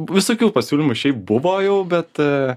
visokių pasiūlymų šiaip buvo jau bet